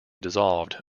dissolved